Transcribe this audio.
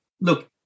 look